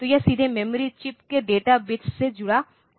तो यह सीधे मेमोरी चिप के डेटा बिट्स से जुड़ा हुआ है